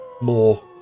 more